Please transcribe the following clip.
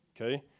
Okay